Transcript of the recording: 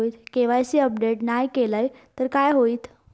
KYC update नाय केलय तर काय होईत?